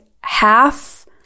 half